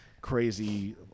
Crazy